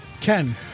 Ken